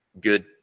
good